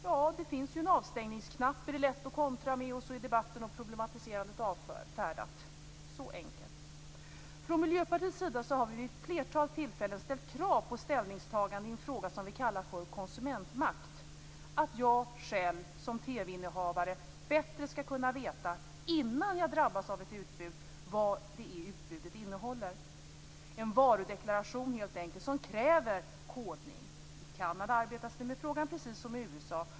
Ja, det finns ju en avstängningsknapp, är det lätt att kontra med, och så är debatten om problematiserandet avfärdad - så enkelt. Från Miljöpartiet har vi vid ett flertal tillfällen ställt krav på ställningstagande i en fråga som vi kallar för konsumentmakt, att jag själv som TV innehavare bättre skall kunna veta, innan jag drabbas av ett utbud, vad det utbudet innehåller. Det rör sig om en varudeklaration helt enkelt som kräver kodning. I Kanada arbetas det med den här frågan, precis som i USA.